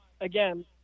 again